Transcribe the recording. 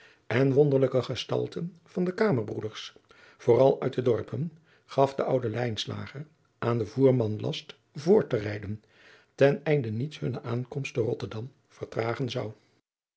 en wonderlijke gestalten van de kamerbroeders vooral uit de dorpen gaf de oude lijnslager aan den voerman last voort te rijden ten einde niets hunne aankomst te rotterdam vertragen zou